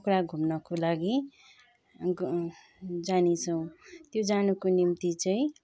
पोखरा घुम्नको लागि ग जानेछौँ त्यो जानुको निम्ति चाहिँ